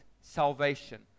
salvation